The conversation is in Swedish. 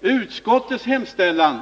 Utskottets hemställan,